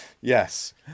Yes